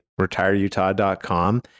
retireutah.com